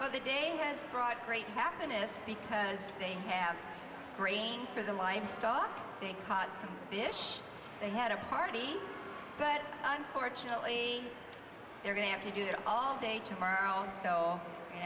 but the day has brought great happiness because they have grain for the livestock they caught some fish they had a party but unfortunately they're going to have to do that all day tomorrow so